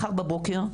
מחר בבוקר,